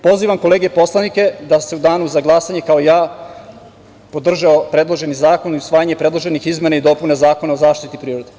Pozivam kolege poslanike da u danu za glasanje, kao i ja, podrže predloženi zakon i usvajanje predloženih izmena i dopuna Zakona o zaštiti prirode.